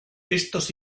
estos